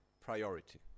priority